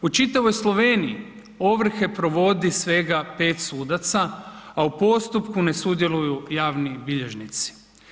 U čitavoj Sloveniji ovrhe provodi svega 5 sudaca a u postupku ne sudjeluju javni bilježnici.